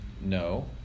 no